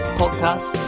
podcast